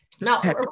Now